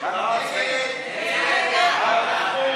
גם בזה האופוזיציה מפוצלת?